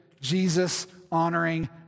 Jesus-honoring